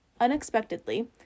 unexpectedly